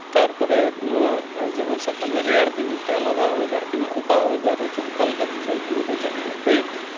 ᱛᱟᱨᱯᱚᱨᱮ ᱱᱚᱣᱟ ᱡᱮᱢᱚᱱ ᱥᱟᱵ ᱠᱟᱜ ᱢᱮ ᱨᱮᱭᱟᱲ ᱫᱤᱱ ᱢᱤᱫᱴᱮᱱ ᱟᱞᱟᱜᱫ ᱚᱭᱮᱫᱟᱨ ᱠᱟᱱᱟ ᱚᱠᱟ ᱚᱭᱮᱫᱟᱨ ᱨᱮᱪᱚ ᱚᱠᱟᱞᱮᱠᱟ ᱛᱮᱪᱚᱝ ᱩᱱᱤ ᱫᱚ ᱡᱟᱦᱟᱸᱭᱮ ᱦᱩᱭᱮᱱᱟᱭ